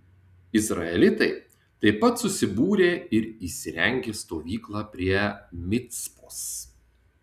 izraelitai taip pat susibūrė ir įsirengė stovyklą prie micpos